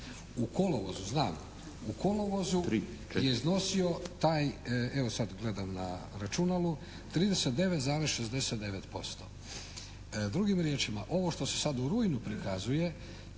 U kolovozu je iznosio taj,